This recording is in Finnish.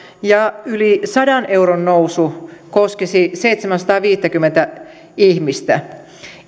ja yli sadan euron nousu koskisi seitsemänsataaviisikymmentä ihmistä